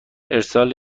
ارسال